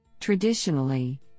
Traditionally